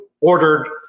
ordered